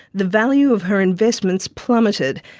the value of her investments plummeted,